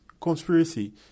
conspiracy